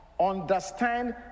understand